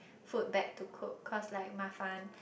food back to cook cause like mafan